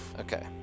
Okay